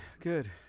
good